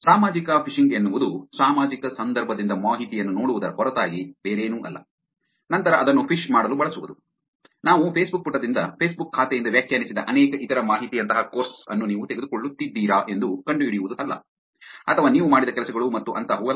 ಸಾಮಾಜಿಕ ಫಿಶಿಂಗ್ ಎನ್ನುವುದು ಸಾಮಾಜಿಕ ಸಂದರ್ಭದಿಂದ ಮಾಹಿತಿಯನ್ನು ನೋಡುವುದರ ಹೊರತಾಗಿ ಬೇರೇನೂ ಅಲ್ಲ ನಂತರ ಅದನ್ನು ಫಿಶ್ ಮಾಡಲು ಬಳಸುವುದು ನಾನು ಫೇಸ್ಬುಕ್ ಪುಟದಿಂದ ಫೇಸ್ಬುಕ್ ಖಾತೆಯಿಂದ ವ್ಯಾಖ್ಯಾನಿಸಿದ ಅನೇಕ ಇತರ ಮಾಹಿತಿಯಂತಹ ಕೋರ್ಸ್ ಅನ್ನು ನೀವು ತೆಗೆದುಕೊಳ್ಳುತ್ತಿದ್ದೀರಾ ಎಂದು ಕಂಡುಹಿಡಿಯುವುದು ಅಲ್ಲ ಅಥವಾ ನೀವು ಮಾಡಿದ ಕೆಲಸಗಳು ಮತ್ತು ಅಂತಹವು ಅಲ್ಲ